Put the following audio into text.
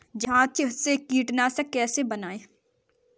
छाछ से कीटनाशक कैसे बनाएँ?